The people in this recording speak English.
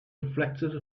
reflected